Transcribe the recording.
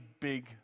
big